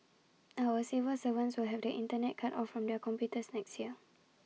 our civil servants will have the Internet cut off from their computers next year